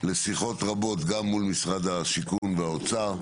לשיחות רבות גם מול משרד השיכון והאוצר,